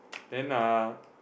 then uh